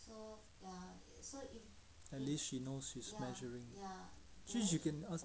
at least she knows it's measuring